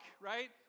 right